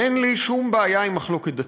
אין לי שום בעיה עם מחלוקת דתית.